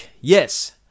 yes